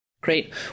great